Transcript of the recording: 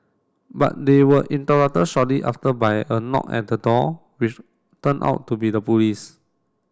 but they were interrupted shortly after by a knock at the door which turn out to be the police